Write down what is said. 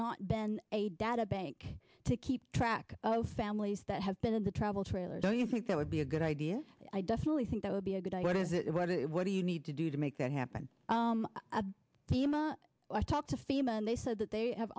not been a data bank to keep track of families that have been in the travel trailer don't you think that would be a good idea i definitely think that would be a good idea is it what it what do you need to do to make that happen the ema i talked to fame and they said that they have